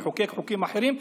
לחוקק חוקים אחרים,